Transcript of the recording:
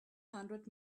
hundred